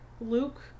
Luke